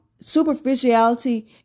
Superficiality